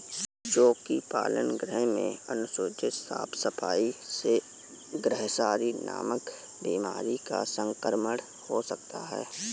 चोकी पालन गृह में अनुचित साफ सफाई से ग्रॉसरी नामक बीमारी का संक्रमण हो सकता है